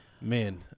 Man